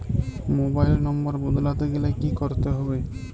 Mobile number বদলাতে গেলে কি করতে হবে?